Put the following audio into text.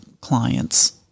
clients